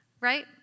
right